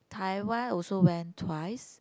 Taiwan also went twice